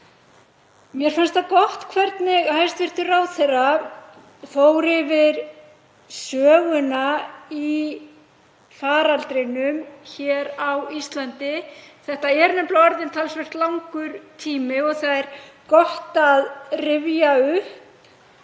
Mér fannst gott hvernig hæstv. ráðherra fór yfir söguna í faraldrinum á Íslandi. Þetta er nefnilega orðinn talsvert langur tími og það er gott að rifja upp